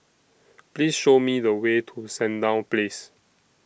Please Show Me The Way to Sandown Place